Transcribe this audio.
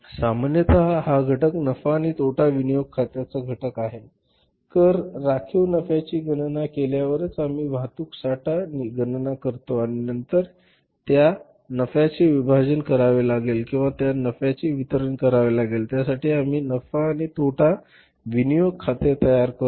सामान्यत हा घटक नफा आणि तोटा विनियोग खात्याचा घटक आहे कर राखीव नफ्याची गणना केल्यावरच आम्ही वाहतूक साठा गणना करतो आणि नंतर त्या नफ्याचे विभाजन करावे लागेल किंवा त्या नफ्याचे वितरण करावे लागेल ज्यासाठी आम्ही नफा आणि तोटा विनियोग खाते तयार करतो